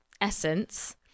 essence